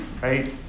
right